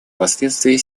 последствия